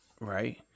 Right